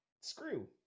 Screw